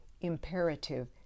imperative